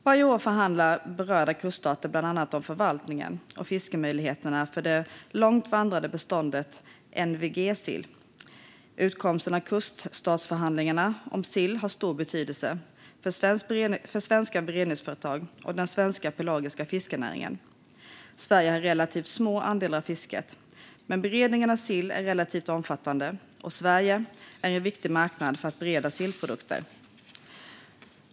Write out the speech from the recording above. Varje år förhandlar berörda kuststater bland annat om förvaltningen och fiskemöjligheterna för det långt vandrande beståndet NVG-sill. Utkomsten av kuststatsförhandlingarna om sill har stor betydelse för svenska beredningsföretag och den svenska pelagiska fiskenäringen. Sverige har relativt små andelar av fisket, men beredningen av sill är relativt omfattande och Sverige är en viktig marknad för beredda sillprodukter.